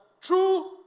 true